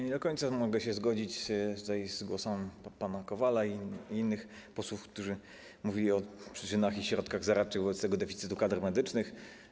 Nie do końca mogę się zgodzić z głosem pana Kowala i innych posłów, którzy mówili o przyczynach i środkach zaradczych wobec deficytu kadr medycznych.